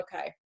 Okay